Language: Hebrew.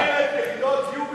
יחידות דיור בשנתיים.